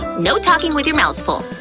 no talking with your mouths full!